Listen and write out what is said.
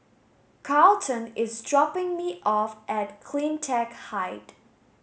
Carlton is dropping me off at CleanTech Height